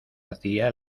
hacía